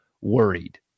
worried